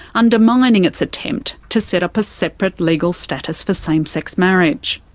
undermining its attempt to set up a separate legal status for same-sex marriage.